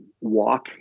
walk